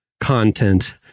content